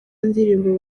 ndirimbo